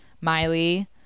Miley